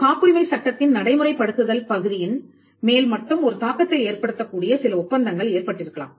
காப்புரிமை சட்டத்தின் நடைமுறைப்படுத்துதல் பகுதியின் மேல் மட்டும் ஒரு தாக்கத்தை ஏற்படுத்தக் கூடிய சில ஒப்பந்தங்கள் ஏற்பட்டிருக்கலாம்